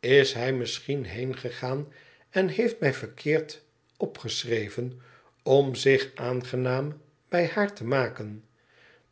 is hij misschien heengegaan en heeft mij verkeerd opgeschreven om zich aangenaam bij haar te maken